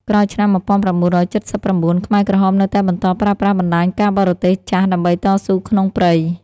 ក្រោយឆ្នាំ១៩៧៩ ខ្មែរក្រហមនៅតែបន្តប្រើប្រាស់បណ្ដាញការបរទេសចាស់ដើម្បីតស៊ូក្នុងព្រៃ។